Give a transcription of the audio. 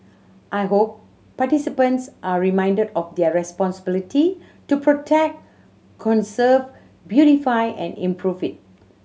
I hope participants are reminded of their responsibility to protect conserve beautify and improve it